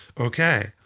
Okay